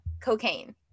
cocaine